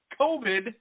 COVID